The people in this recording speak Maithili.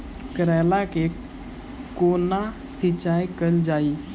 करैला केँ कोना सिचाई कैल जाइ?